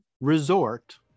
resort